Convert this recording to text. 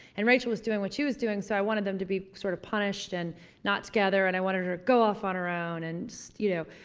and rachel was doing what she was doing so i wanted them to be sort of punished and not together and i wanted her to go off on her own and you know,